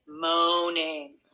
moaning